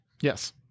yes